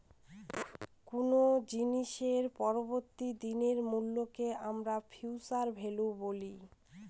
কোনো জিনিসের পরবর্তী দিনের মূল্যকে আমরা ফিউচার ভ্যালু বলি